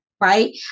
right